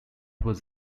was